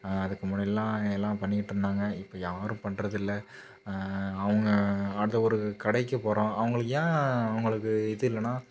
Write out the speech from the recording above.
அதுக்கு முன்னாடிலாம் எல்லாம் பண்ணிகிட்டிருந்தாங்க இப்போ யாரும் பண்றதில்லை அவங்க அடுத்த ஒரு கடைக்கு போகிறோம் அவங்களுக்கு ஏன் அவங்களுக்கு இது இல்லைன்னா